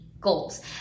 goals